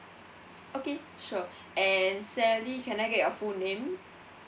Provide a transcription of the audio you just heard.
okay sure and sally can I get your full name